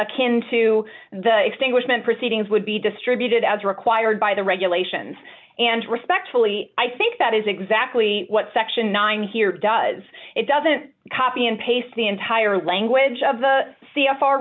akin to the extinguishment proceedings would be distributed as required by the regulations and respectfully i think that is exactly what section nine here does it doesn't copy and paste the entire language of the c